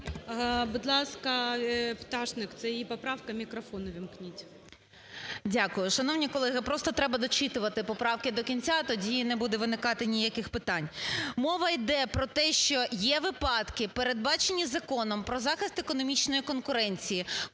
Будь ласка, Пташник, це її поправка, мікрофон увімкніть.